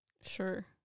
sure